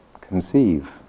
conceive